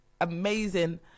amazing